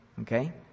okay